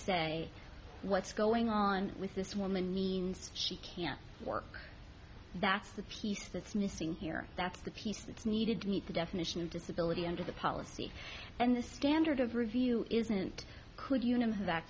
say what's going on with this woman means she can't work that's the piece that's missing here that's the piece it's needed to meet the definition of disability under the policy and the standard of review isn't could un